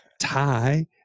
tie